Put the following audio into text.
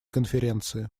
конференции